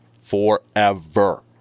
forever